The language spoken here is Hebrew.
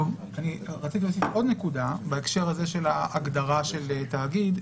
רציתי להוסיף עוד נקודה בהקשר הזה של ההגדרה של תאגיד.